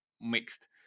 Mixed